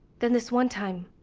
then this one time,